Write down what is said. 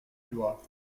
doigt